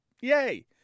Yay